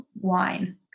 wine